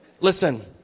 Listen